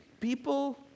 people